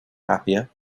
happier